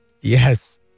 yes